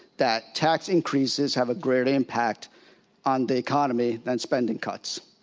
that tax increases have a great impact on the economy than spending cuts.